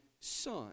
son